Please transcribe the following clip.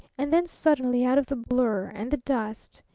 and then suddenly, out of the blur, and the dust,